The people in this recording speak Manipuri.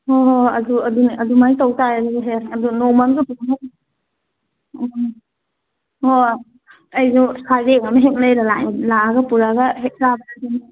ꯍꯣꯏ ꯍꯣꯏ ꯍꯣꯏ ꯑꯗꯨꯅꯦ ꯑꯗꯨ ꯑꯗꯨꯃꯥꯏꯅ ꯇꯧ ꯇꯥꯔꯦ ꯍꯣꯏ ꯑꯩꯁꯨ ꯁꯔꯦꯡ ꯑꯃ ꯍꯦꯛ ꯂꯩꯔ ꯂꯥꯛ ꯂꯥꯛꯑꯒ ꯄꯨꯔꯛꯑꯒ ꯆꯥꯕꯗꯨꯅꯤ